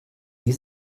die